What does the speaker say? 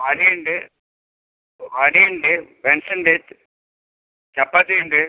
വട ഉണ്ട് വട ഉണ്ട് ബെൻസ് ഉണ്ട് ചപ്പാത്തി ഉണ്ട്